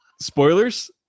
Spoilers